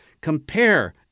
Compare